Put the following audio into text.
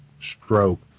stroke